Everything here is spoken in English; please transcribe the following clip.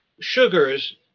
sugars